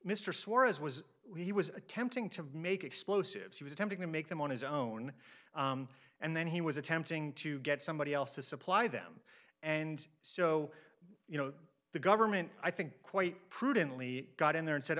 suarez was he was attempting to make explosives he was attempting to make them on his own and then he was attempting to get somebody else to supply them and so you know the government i think quite prudently got in there and said